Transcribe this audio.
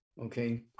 Okay